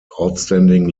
outstanding